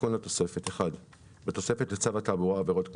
תיקון התוספת 1. בתוספת לצו התעבורה (עבירות קנס),